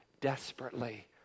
desperately